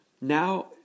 Now